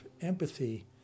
empathy